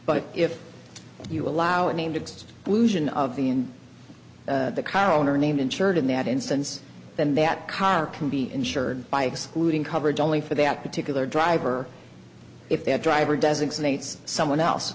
but if you allow a name to exist in of the in the car owner named insured in that instance then that car can be insured by excluding coverage only for that particular driver if their driver designates someone else